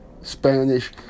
Spanish